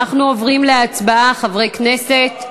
אנחנו עוברים להצבעה, חברי הכנסת.